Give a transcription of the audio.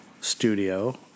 studio